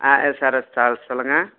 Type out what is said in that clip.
ஆ SRS travels சொல்லுங்கள்